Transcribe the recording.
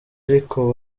ariko